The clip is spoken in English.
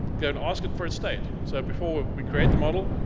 go and ask it for its state. so before we create the model,